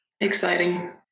exciting